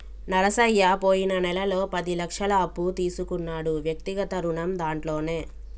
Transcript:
నరసయ్య పోయిన నెలలో పది లక్షల అప్పు తీసుకున్నాడు వ్యక్తిగత రుణం దాంట్లోనే